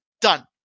Done